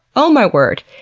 oh my word!